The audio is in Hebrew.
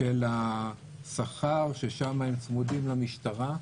של השכר, ששם הם צמודים למשטרה,